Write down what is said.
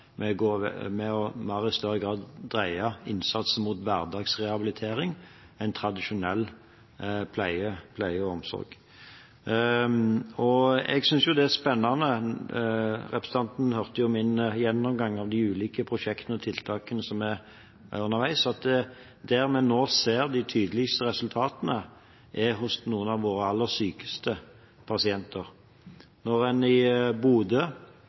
med i større grad å dreie innsatsen mer mot hverdagsrehabilitering enn tradisjonell pleie og omsorg. Jeg synes det er spennende – representanten hørte jo min gjennomgang av de ulike prosjektene og tiltakene som er underveis – at der vi nå ser de tydeligste resultatene, er hos noen av våre aller sykeste pasienter. Når en i Bodø